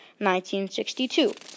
1962